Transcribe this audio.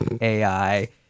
AI